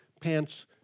pants